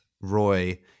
roy